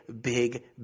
big